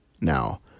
now